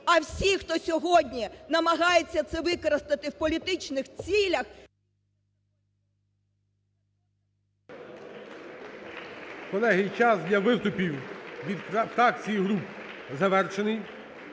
А всі, хто сьогодні намагається це використати в політичних цілях… ГОЛОВУЮЧИЙ. Колеги, час для виступів від фракцій і груп завершений.